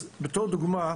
כדוגמה,